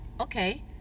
okay